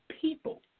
people